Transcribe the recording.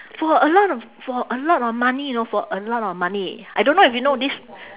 for a lot of for a lot of money you know for a lot of money I don't know if you know this